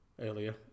earlier